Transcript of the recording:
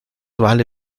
vale